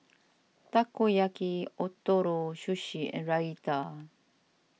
Takoyaki Ootoro Sushi and Raita